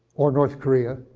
or north korea,